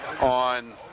on